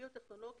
המקורי